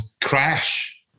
crash